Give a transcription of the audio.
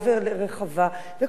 וכל פעם לפרק אותה,